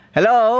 Hello